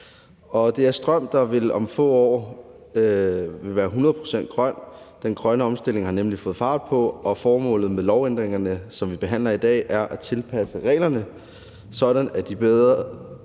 det er strøm, der om få år vil være 100 pct. grøn, for den grønne omstilling har nemlig fået fart på, og formålet med lovændringerne, som vi behandler i dag, er at tilpasse reglerne, sådan at de bedre